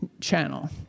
Channel